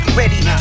ready